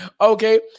Okay